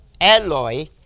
alloy